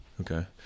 Okay